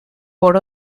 por